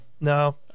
No